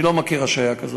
אני לא מכיר השעיה כזאת.